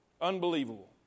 Unbelievable